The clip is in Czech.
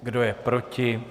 Kdo je proti?